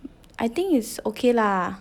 I think it's okay lah